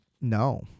No